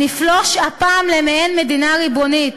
נפלוש הפעם למעין מדינה ריבונית,